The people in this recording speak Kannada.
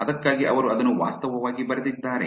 ಅದಕ್ಕಾಗಿ ಅವರು ಅದನ್ನು ವಾಸ್ತವವಾಗಿ ಬರೆದಿದ್ದಾರೆ